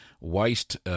waste